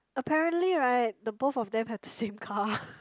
apparently [right] the both of them have the same car